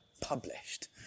published